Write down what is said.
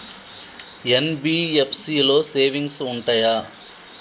NBFC లో savings ఉంటయా?